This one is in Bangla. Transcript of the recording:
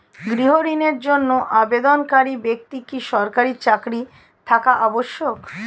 গৃহ ঋণের জন্য আবেদনকারী ব্যক্তি কি সরকারি চাকরি থাকা আবশ্যক?